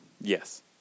Yes